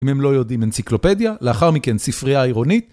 אם הם לא יודעים אנציקלופדיה, לאחר מכן ספרייה עירונית.